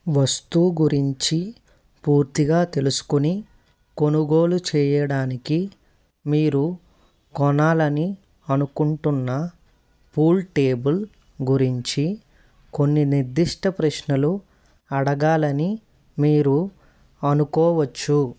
వస్తువు గురించి పూర్తిగా తెలుసుకుని కొనుగోలు చెయ్యడానికి మీరు కొనాలని అనుకుంటున్న పూల్ టేబుల్ గురించి కొన్ని నిర్దిష్ట ప్రశ్నలు అడగాలని మీరు అనుకోవచ్చు